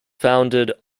founded